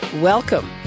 welcome